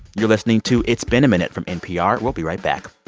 you're listening to it's been a minute from npr. we'll be right back